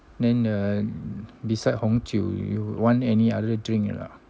then the beside 红酒 you want any other drink or not